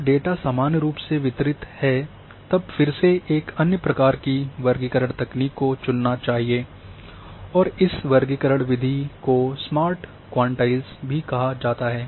जब डेटा सामान्य रूप से वितरित है तब फिर से एक अन्य प्रकार की वर्गीकरण तकनीक को चुनना चाहिए और इस वर्गीकरण विधि को स्मार्ट क्वांटाइल्स भी कहा जाता है